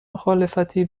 مخالفتی